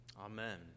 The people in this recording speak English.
Amen